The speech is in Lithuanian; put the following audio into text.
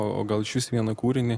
o gal išvis vieną kūrinį